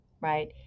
right